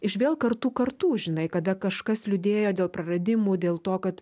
iš vėl kartų kartų žinai kada kažkas liūdėjo dėl praradimų dėl to kad